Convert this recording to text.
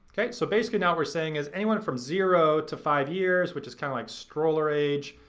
okay, so basically now we're saying is anyone from zero to five years, which is kind of like stroller age.